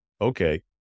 okay